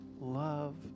love